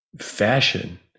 fashion